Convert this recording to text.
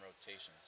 rotations